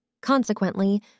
Consequently